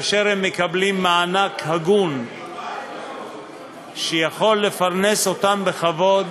והם מקבלים מענק הגון, שיכול לפרנס אותם בכבוד